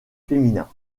féminin